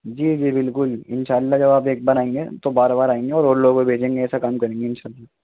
جی جی بالکل ان شاء اللہ جب آپ ایک بار آئیں گے تو بار بار آئیں گے اور اور لوگوں کو بھیجیں گے ایسا کام کریں گے ان شاء اللہ